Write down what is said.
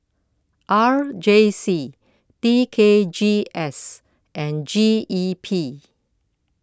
R J C T K G S and G E P